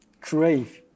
crave